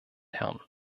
herren